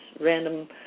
random